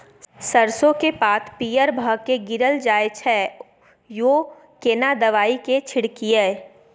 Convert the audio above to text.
सरसो के पात पीयर भ के गीरल जाय छै यो केना दवाई के छिड़कीयई?